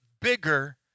bigger